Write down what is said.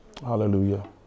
Hallelujah